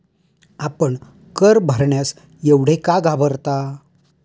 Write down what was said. आपण कर भरण्यास एवढे का घाबरता?